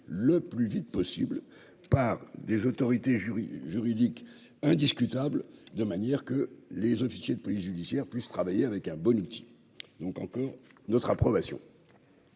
le plus vite possible, par des autorités jury juridique indiscutable de manière que les officiers de police judiciaire puisse travailler avec un bon outil donc encore notre approbation.